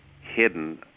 hidden